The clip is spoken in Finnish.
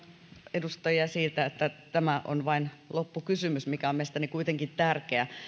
edustajia sillä että tämä on vain loppukysymys mikä on mielestäni kuitenkin tärkeä